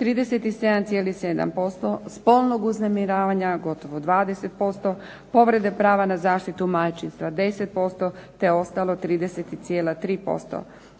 37,7%, spolnog uznemiravanja gotovo 20%, povrede prava na zaštitu majčinstva 10% te ostalo 30,3%